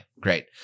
Great